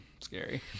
Scary